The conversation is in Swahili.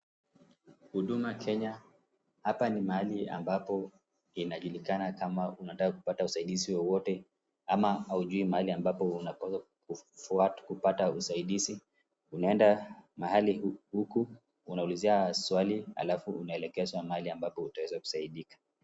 Huduma Kenya. Hapa ni mahali ambapo inajulikana kama unataka kupata usaidizi wowote ama haujui mahali ambapo unapaswa kupata usaidizi. Unaenda mahali huku, unaulizia swali, halafu unaelekezwa mahali ambapo utaweza kusaidia.